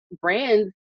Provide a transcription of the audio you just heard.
brands